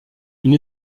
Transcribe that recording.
une